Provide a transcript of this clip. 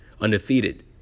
undefeated